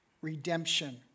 redemption